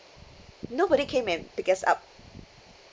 nobody came and pick us up